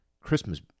Christmas